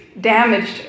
damaged